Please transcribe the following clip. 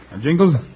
Jingles